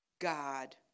God